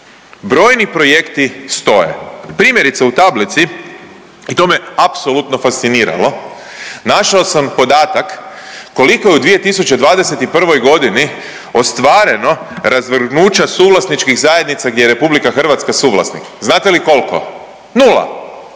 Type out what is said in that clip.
brojni projekti stoje. Primjerice u tablici i to me apsolutno fasciniralo, našao sam podatak koliko je u 2021.g. ostvareno razvrgnuća suvlasničkih zajednica gdje je RH suvlasnik. Znate li kolko? Nula,